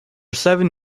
seven